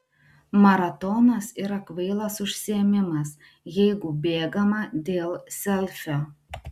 maratonas yra kvailas užsiėmimas jeigu bėgama dėl selfio